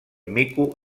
mico